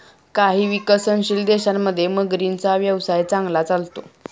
काही विकसनशील देशांमध्ये मगरींचा व्यवसाय चांगला चालतो